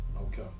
Okay